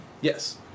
Yes